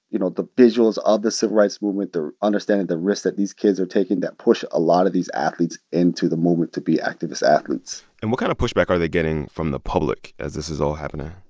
you know, the visuals of the civil rights movement, understanding the risks that these kids are taking that push a lot of these athletes into the movement to be activist athletes and what kind of pushback are they getting from the public as this is all happening?